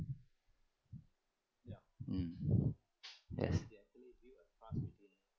mm yes